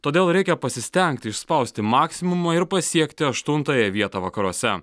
todėl reikia pasistengti išspausti maksimumą ir pasiekti aštuntąją vietą vakaruose